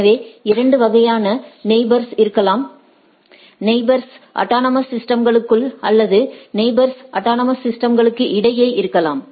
எனவே இரண்டு வகையான நெயிபோர்ஸ் இருக்கலாம் நெயிபோர்ஸ் அட்டானமஸ் சிஸ்டம்களுக்குள் அல்லது நெயிபோர்ஸ் அட்டானமஸ் சிஸ்டம்களுக்கு இடையே இருக்கலாம்